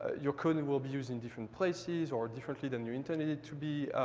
your coding will be used in different places or differently than you intended it to be.